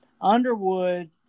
Underwood